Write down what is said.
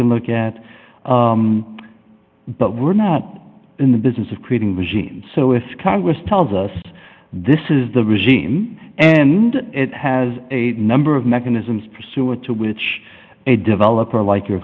can look at but we're not in the business of creating machine so if congress tells us this is the regime and it has a number of mechanisms pursuant to which a developer like your